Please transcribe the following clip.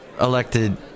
elected